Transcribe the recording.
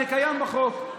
זה קיים בחוק.